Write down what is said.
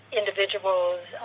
individuals